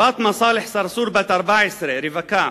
פאטמה צאלח צרצור בת 14, רווקה,